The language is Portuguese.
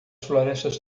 florestas